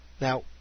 Now